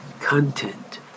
content